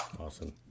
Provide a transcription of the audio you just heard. awesome